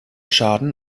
schaden